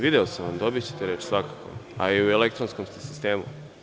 Video sam vas, dobićete reč, svakako, a i u elektronskom ste sistemu.